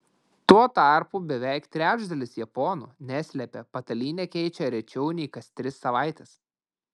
tuo tarpu beveik trečdalis japonų neslėpė patalynę keičią rečiau nei kas tris savaites